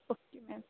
okay ma'am